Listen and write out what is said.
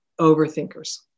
overthinkers